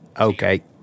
Okay